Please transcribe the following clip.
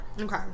Okay